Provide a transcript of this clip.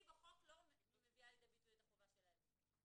אני בחוק לא מביאה לידי ביטוי את החובה שלהם.